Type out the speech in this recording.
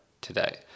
today